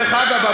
דרך אגב,